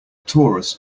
torus